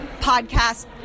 podcast